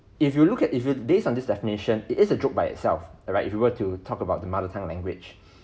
if you look at if you based on these definitions it is a joke by itself right if you were to talk about the mother tongue language